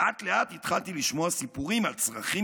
לאט-לאט התחלתי לשמוע סיפורים על צרכים